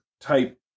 type